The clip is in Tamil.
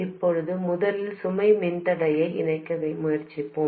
இப்போது முதலில் சுமை மின்தடையை இணைக்க முயற்சிப்போம்